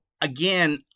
again